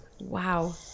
Wow